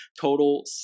total